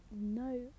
no